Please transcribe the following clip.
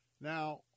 Now